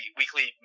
weekly